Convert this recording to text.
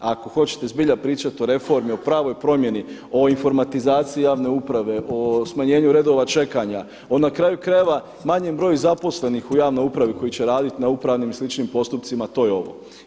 A ako hoćete zbilja pričati o reformi, o pravoj promjeni, o informatizaciji javne uprave, o smanjenju redova čekanja, o na kraju krajeva manji broj zaposlenih u javnoj upravi koji će raditi na upravnim i sličnim postupcima, to je ovo.